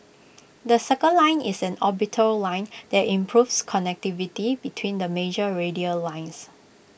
the circle line is an orbital line that improves connectivity between the major radial lines